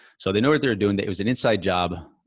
so they know what they're doing, that it was an inside job.